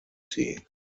sie